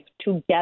together